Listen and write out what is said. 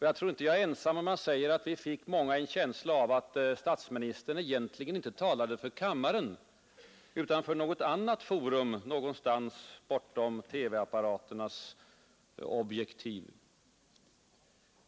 Jag tror inte att jag var ensam om att få en känsla av att statsministern egentligen inte talade för kammaren, utan för något annat forum, någonstans bortom TV-apparaternas objektiv.